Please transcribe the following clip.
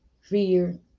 Fear